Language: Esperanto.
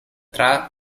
tra